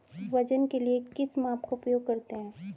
वजन के लिए किस माप का उपयोग करते हैं?